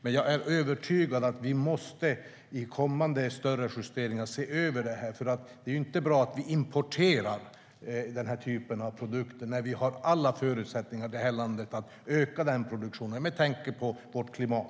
Men jag är övertygad om att vi vid kommande större justeringar måste se över detta, eftersom det inte är bra att vi importerar den här typen av produkter när vi har alla förutsättningar i detta land att öka denna produktion med tanke på vårt klimat.